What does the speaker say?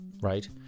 right